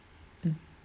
mm